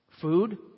food